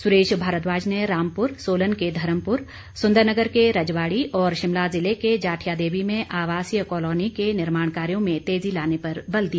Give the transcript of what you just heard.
सुरेश भारद्वाज ने रामपुर सोलन के धर्मपुर सुंदरनगर के रजवाड़ी और शिमला ज़िले के जाठियादेवी में आवासीय कॉलोनी के निर्माण कार्यों में तेज़ी लाने पर बल दिया